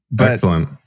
Excellent